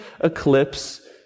eclipse